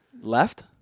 Left